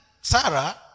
Sarah